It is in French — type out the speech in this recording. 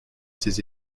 ses